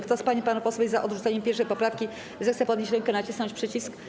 Kto z pań i panów posłów jest za odrzuceniem 1. poprawki, zechce podnieść rękę i nacisnąć przycisk.